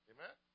Amen